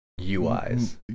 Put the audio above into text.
UIs